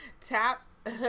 Tap